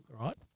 Right